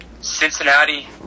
Cincinnati